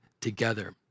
together